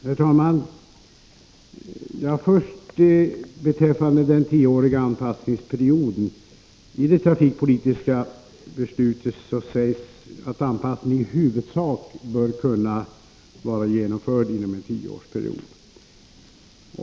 Herr talman! Vad först beträffar den tioåriga anpassningsperioden sägs det i det trafikpolitiska beslut att anpassningen i huvudsak bör kunna vara genomförd inom en tioårsperiod.